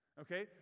Okay